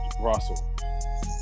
Russell